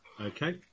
Okay